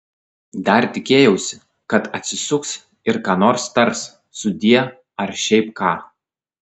dar tikėjausi kad atsisuks ir ką nors tars sudie ar šiaip ką